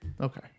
okay